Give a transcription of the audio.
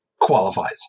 qualifies